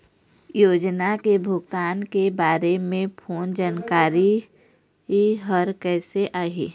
योजना के भुगतान के बारे मे फोन जानकारी हर कइसे आही?